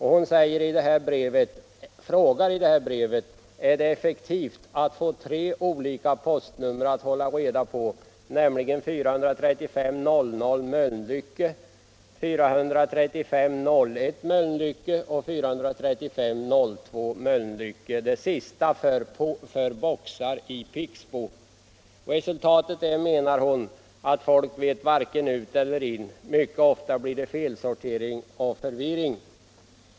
Hon frågar i brevet om det är effektivt att få tre olika postnummer att hålla reda på, nämligen 435 00 Mölnlycke, 435 01 Mölnlycke och 435 02 Mölnlycke, det sista för boxar i Pixbo. Resultatet är, menar hon, att människorna vet varken ut eller in. Mycket ofta blir det felsortering och förvirring.